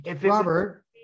Robert